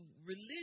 religion